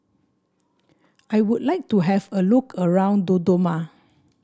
I would like to have a look around Dodoma